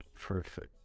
Perfect